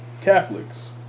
Catholics